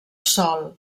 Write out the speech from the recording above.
sol